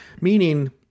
meaning